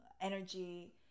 energy